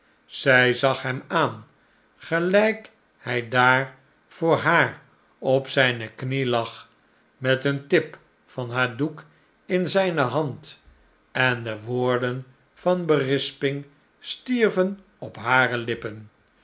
zij zag hem aan gelijk hij daar voor haar op zijne knie lag met een tip van haar doek in zijne hand en de woorden van berisping stierven op hare lippen